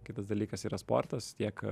kitas dalykas yra sportas tiek